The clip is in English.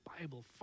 Bible